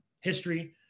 history